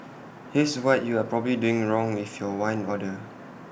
here's what you are probably doing wrong with your wine order